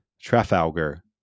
Trafalgar